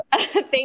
Thank